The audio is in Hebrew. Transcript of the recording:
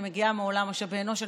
אני מגיעה מעולם משאבי אנוש.